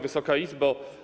Wysoka Izbo!